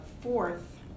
fourth